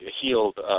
healed